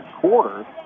quarter